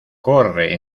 corre